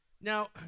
Now